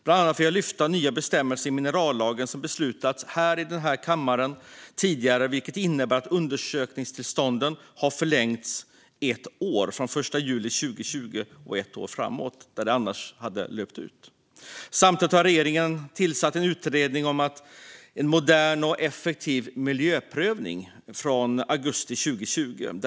Bland annat vill jag lyfta fram de nya bestämmelserna i minerallagen som tidigare beslutats i den här kammaren, vilket innebär att de undersökningstillstånd som var giltiga den 1 juli 2020 förlängs med ytterligare ett år från den dag de annars hade löpt ut. Samtidigt tillsatte regeringen i augusti 2020 en utredning om en modern och effektiv miljöprövning.